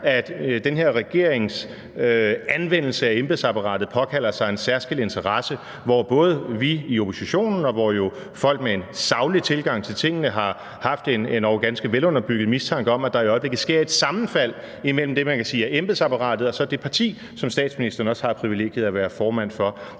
her regerings anvendelse af embedsapparatet påkalder sig en særskilt interesse, hvor både vi i oppositionen og hvor folk med en saglig tilgang til tingene har haft en endog ganske velunderbygget mistanke om, at der i øjeblikket sker et sammenfald imellem det, man kan sige er embedsapparatet, og så det parti, som statsministeren også har privilegiet at være formand for,